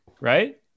right